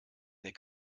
der